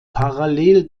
parallel